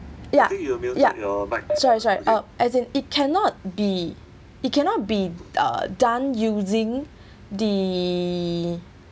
yeah yeah sorry sorry oh as in it cannot be it cannot be uh done using the